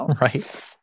Right